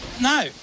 no